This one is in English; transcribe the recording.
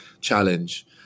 challenge